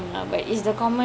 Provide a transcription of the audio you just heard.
par ya